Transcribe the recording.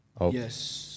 Yes